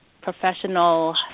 Professional